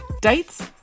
Dates